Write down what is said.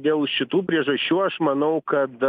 dėl šitų priežasčių aš manau kad